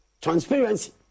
transparency